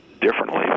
differently